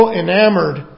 enamored